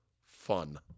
fun